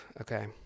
Okay